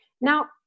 Now